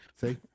See